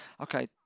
Okay